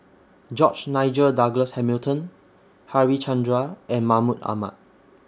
George Nigel Douglas Hamilton Harichandra and Mahmud Ahmad